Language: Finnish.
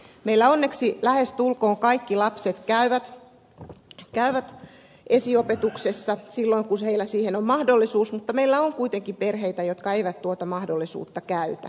meillä onneksi lähestulkoon kaikki lapset käyvät esiopetuksessa silloin kun heillä siihen on mahdollisuus mutta meillä on kuitenkin perheitä jotka eivät tuota mahdollisuutta käytä